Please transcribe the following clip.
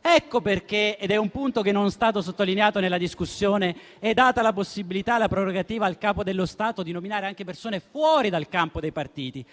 Ecco perché - ed è un punto che non è stato sottolineato nella discussione - è data la possibilità e la prerogativa al Capo dello Stato di nominare anche persone fuori dal campo dei partiti.